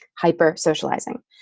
hyper-socializing